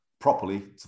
properly